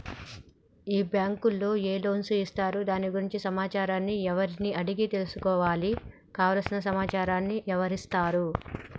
ఈ బ్యాంకులో ఏ లోన్స్ ఇస్తారు దాని గురించి సమాచారాన్ని ఎవరిని అడిగి తెలుసుకోవాలి? కావలసిన సమాచారాన్ని ఎవరిస్తారు?